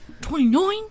Twenty-nine